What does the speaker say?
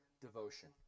devotion